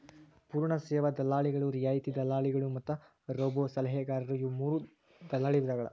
ಪೂರ್ಣ ಸೇವಾ ದಲ್ಲಾಳಿಗಳು, ರಿಯಾಯಿತಿ ದಲ್ಲಾಳಿಗಳು ಮತ್ತ ರೋಬೋಸಲಹೆಗಾರರು ಇವು ಮೂರೂ ದಲ್ಲಾಳಿ ವಿಧಗಳ